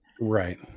Right